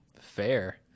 fair